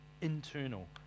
internal